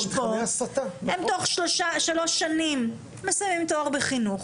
הם תוך שלוש שנים מסיימים תואר בחינוך,